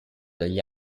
degli